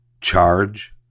charge